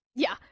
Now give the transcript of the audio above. yeah,